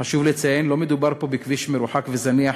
חשוב לציין, לא מדובר פה בכביש מרוחק וזניח